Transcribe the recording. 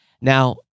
Now